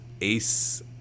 ace